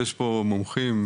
פה יש את המומחים.